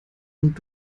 und